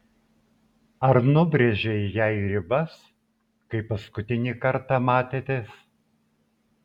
ar nubrėžei jai ribas kai paskutinį kartą matėtės